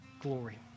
glory